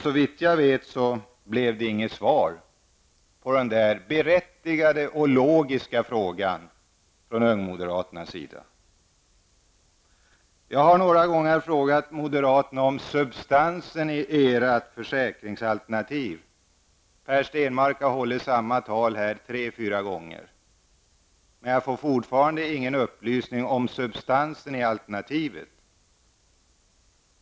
Såvitt jag vet kom det inget svar på denna berättigade och logiska fråga från ungmoderaternas sida. Jag har många gånger frågat er moderater om substansen i ert försäkringsalternativ. Per Stenmarck har här hållit samma tal tre fyra gånger. Men jag saknar fortfarande en upplysning om just substansen i ert alternativ.